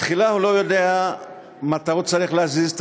תחילה הוא לא יודע מתי הוא צריך להזיז את